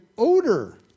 odor